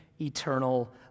eternal